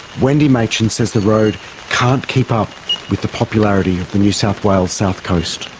wendy machin says the road can't keep up with the popularity of the new south wales south coast.